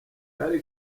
kale